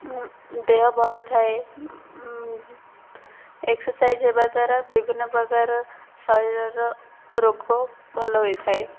ଦେହ ଭଲ ଥାଏ ଏକ୍ସରସାଇଜ୍ ହେବା ଦ୍ୱାରା ବିଭିନ୍ନ ପ୍ରକାର ଶରୀରର ରୋଗ ଭଲ ହୋଇଥାଏ